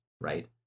right